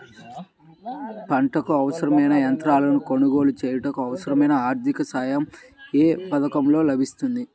పంటకు అవసరమైన యంత్రాలను కొనగోలు చేయుటకు, అవసరమైన ఆర్థిక సాయం యే పథకంలో లభిస్తుంది?